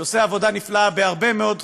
שעושה עבודה נפלאה בהרבה מאוד תחומים,